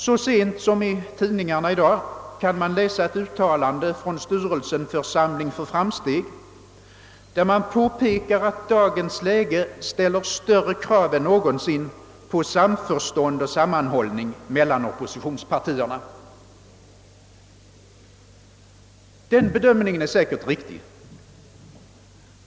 Så sent som i tidningarna i dag kan man läsa ett uttalande av styrelsen för Samling för framsteg, som påpekar att dagens läge ställer större krav än någonsin på samförstånd och sammanhållning mellan oppositionspartierna. Den bedömningen är säkert riktig.